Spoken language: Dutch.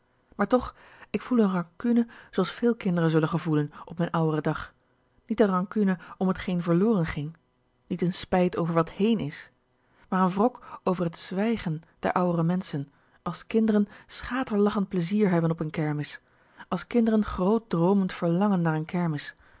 maar toch ik voel n rancune zooals veel kinderen zullen gevoelen op mijn ouweren dag niet n rancune om t geen verloren ging niet n spijt over wat heen is maar n wrok over het z w ij g e n der ouwere menschen als kinderen schaterlachend plezier hebben op n kermis als kinderen grootdroomend verlangen naar'n kermis